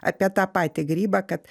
apie tą patį grybą kad